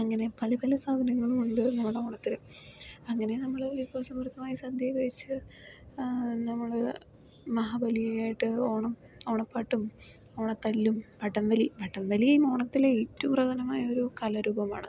അങ്ങനെ പല പല സാധനങ്ങളും ഉണ്ട് നമ്മുടെ ഓണത്തിന് അങ്ങനെ നമ്മൾ വിഭവ സമൃദ്ധമായ സദ്യ കഴിച്ച് നമ്മൾ മഹാബലിയുമായിട്ട് ഓണം ഓണപ്പാട്ടും ഓണത്തല്ലും വടംവലി വടംവലി ഓണത്തിലെ ഏറ്റവും പ്രധാനമായ ഒരു കലാരൂപമാണ്